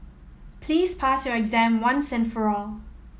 please pass your exam once and for all